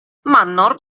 mamnor